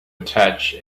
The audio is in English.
attach